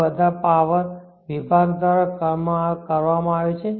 તે બધા પાવર વિભાગ દ્વારા કરવામાં આવે છે